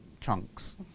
chunks